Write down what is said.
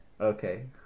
Okay